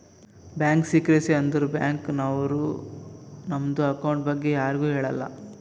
bank secrecy ಅಂದುರ್ bank ನವ್ರು ನಮ್ದು ಅಕೌಂಟ್ ಬಗ್ಗೆ ಯಾರಿಗು ಹೇಳಲ್ಲ